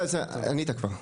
בסדר, ענית כבר.